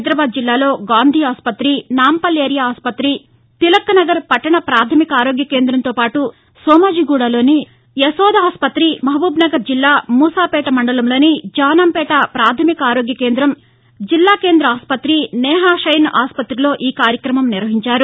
హైదరాబాద్ జిల్లాలో గాంధీ ఆసుపత్రి నాంపల్లి ఏరియా ఆసుపత్రి తిలక్నగర్ పట్టణ ప్రాథమిక ఆరోగ్య కేంద్రంతో పాటు సోమాజిగూడలోని యశోద ఆసుపత్రి మహబూబ్నగర్ జిల్లా మూసాపేట మండలంలోని జానంపేట ప్రాథమిక ఆరోగ్య కేంద్రం జిల్లా కేంద్ర ఆసుపత్రి నేహ ప్షెన్ ఆసుపత్రిలో ఈ కార్యక్రమం నిర్వహించారు